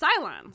Cylons